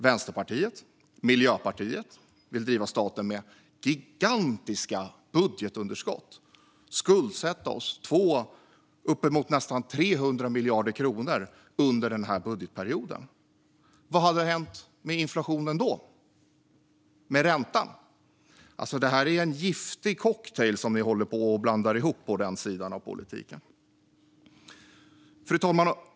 Vänsterpartiet och Miljöpartiet vill driva staten med gigantiska budgetunderskott och skuldsätta oss med 200 eller nästan 300 miljarder kronor under denna budgetperiod. Vad skulle hända med inflationen och räntan då? Det är en giftig cocktail som de håller på och blandar ihop på den sidan av politiken. Fru talman!